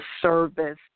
service